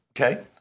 Okay